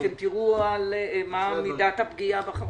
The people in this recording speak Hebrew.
אתם תראו מה מידת הפגיעה בחברות.